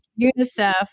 UNICEF